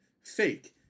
Fake